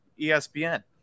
ESPN